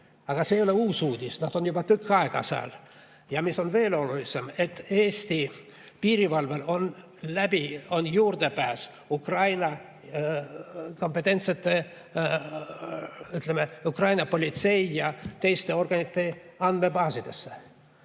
Aga see ei ole uus uudis, nad on juba tükk aega sääl. Ja mis on veel olulisem, Eesti piirivalvel on juurdepääs Ukraina kompetentsete [asutuste], ütleme, Ukraina politsei ja teiste organite andmebaasidesse.